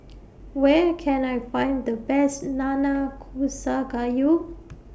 Where Can I Find The Best Nanakusa Gayu